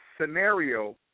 scenario